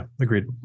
agreed